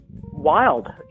wild